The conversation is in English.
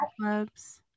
clubs